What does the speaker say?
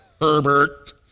Herbert